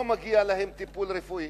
לא מגיע להם טיפול רפואי.